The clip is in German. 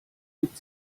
gibt